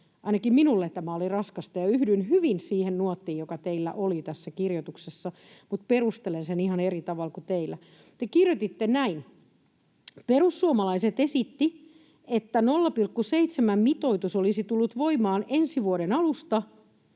ainakin minulle tämä oli raskasta, ja yhdyn hyvin siihen nuottiin, joka teillä oli tässä kirjoituksessa, mutta perustelen sen ihan eri tavalla kuin te. Te kirjoititte näin: ”Perussuomalaiset esitti, että 0,7:n mitoitus olisi tullut voimaan ensi vuoden alusta